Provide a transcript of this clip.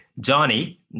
Johnny